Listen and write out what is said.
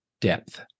depth